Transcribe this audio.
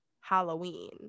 halloween